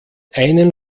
einem